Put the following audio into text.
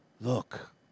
Look